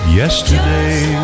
yesterday